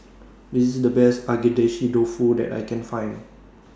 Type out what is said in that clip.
This IS The Best Agedashi Dofu that I Can Find